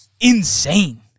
insane